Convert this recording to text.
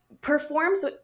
performs